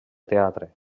teatre